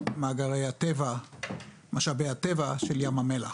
ולמשאבי הטבע של ים המלח,